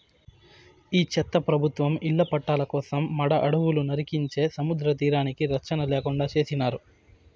ఈ చెత్త ప్రభుత్వం ఇళ్ల పట్టాల కోసం మడ అడవులు నరికించే సముద్రతీరానికి రచ్చన లేకుండా చేసినారు